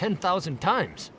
ten thousand times